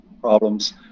problems